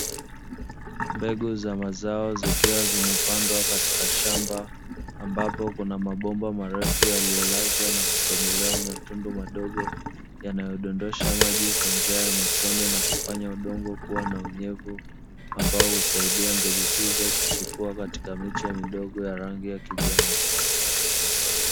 Mbegu za mazao zikiwa zimepandwa katika shamba, ambapo kuna mabomba marefu yaliyolazwa na kutobolewa matundu madogo yanayo dondosha maji kwa njia ya matone na kufanya udongo kua na unyevu, ambao husaidia mbegu hizo kuchipua katika miche midogo ya rangi ya kijani.